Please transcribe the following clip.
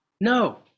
No